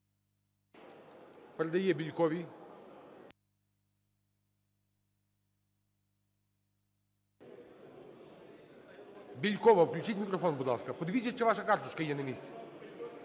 Передає Бєльковій. Бєлькова, включіть мікрофон, будь ласка, подивіться, чи ваша карточка є на місці.